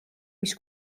mis